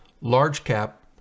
large-cap